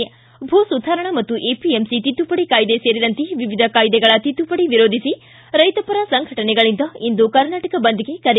ಿ ಭೂ ಸುಧಾರಣಾ ಮತ್ತು ಎಪಿಎಂಸಿ ತಿದ್ದುಪಡಿ ಕಾಯಿದೆ ಸೇರಿದಂತೆ ವಿವಿಧ ಕಾಯ್ದೆಗಳ ತಿದ್ದುಪಡಿ ವಿರೋಧಿಸಿ ರೈತಪರ ಸಂಘಟನೆಗಳಿಂದ ಇಂದು ಕರ್ನಾಟಕ ಬಂದ್ಗೆ ಕರೆ